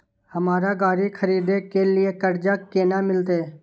हमरा गाड़ी खरदे के लिए कर्जा केना मिलते?